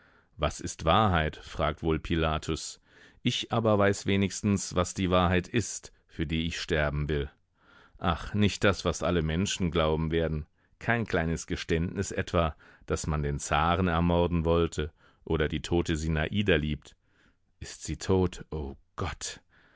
was ist wahrheit fragt wohl pilatus ich aber weiß wenigstens was die wahrheit ist für die ich sterben will ach nicht das was alle menschen glauben werden kein kleines geständnis etwa daß man den zaren ermorden wollte oder die tote sinada liebt ist sie tot o gott